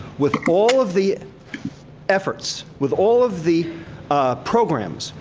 with all of the efforts, with all of the programs,